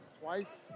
twice